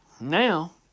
Now